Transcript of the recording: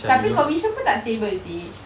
tapi commission pun tak stable seh